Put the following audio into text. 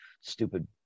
stupid